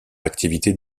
l’activité